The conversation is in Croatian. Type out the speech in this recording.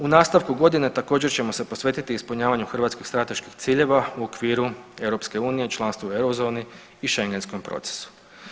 U nastavku godine također ćemo se posvetiti ispunjavanju hrvatskih strateških ciljeva u okviru EU, članstvu u euro zoni i schengenskom procesu.